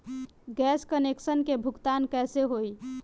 Gas connection के भुगतान कैसे होइ?